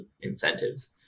incentives